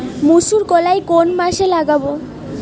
মুসুরকলাই কোন মাসে লাগাব?